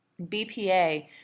BPA